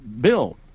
Bill